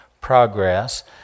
progress